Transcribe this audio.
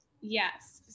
Yes